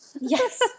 Yes